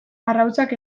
arrautzak